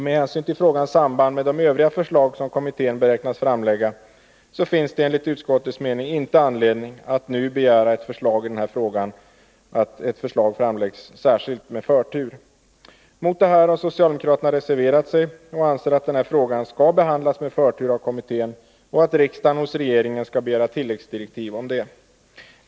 Med hänvisning till frågans samband med de övriga förslag som kommittén beräknas framlägga finner utskottet inte anledning att nu begära att förslag i denna fråga framläggs särskilt med förtur. Mot detta har socialdemokraterna reserverat sig, och de anser att denna fråga skall behandlas med förtur av kommittén och att riksdagen hos 101 regeringen skall begära tilläggsdirektiv om detta.